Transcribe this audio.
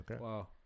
Wow